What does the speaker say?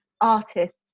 artists